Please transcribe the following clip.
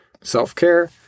self-care